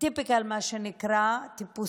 מה שנקרא typical,